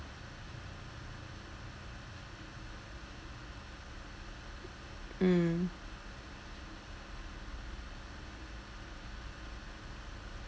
mm